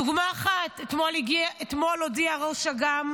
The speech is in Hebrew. דוגמה אחת, אתמול הודיעה ראש אג"מ